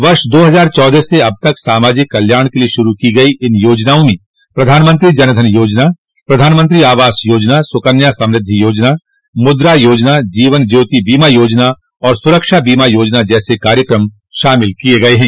वर्ष दो हजार चौदह से अब तक सामाजिक कल्याण के लिए शुरू की गई इन योजनाओं में प्रधानमंत्री जनधन योजना प्रधानमंत्री आवास योजना सुकन्या समृद्धि योजना मुद्रा योजना जीवन ज्योति बीमा योजना और सुरक्षा बीमा योजना जैसे कार्यक्रम शामिल किये गये हैं